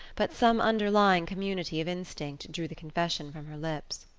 but some underlying community of instinct drew the confession from her lips.